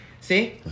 See